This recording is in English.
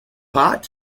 pot